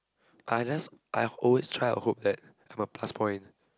I just I always try to hope that I'm a plus point